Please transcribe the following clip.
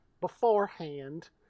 beforehand